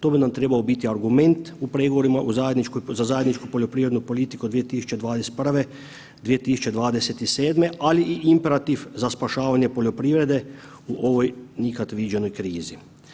To bi nam trebao biti argument u pregovorima za zajedničku poljoprivrednu politiku od 2021. – 2027., ali i imperativ za spašavanje poljoprivrede u ovoj nikad viđenoj krizi.